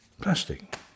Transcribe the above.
plastic